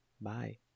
Bye